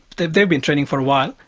they they had been training for a while,